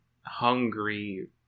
Hungry